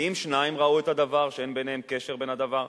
ואם שניים שאין ביניהם קשר ראו את הדבר?